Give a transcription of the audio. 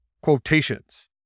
quotations